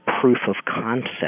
proof-of-concept